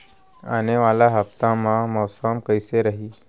आने वाला हफ्ता मा मौसम कइसना रही?